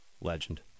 Legend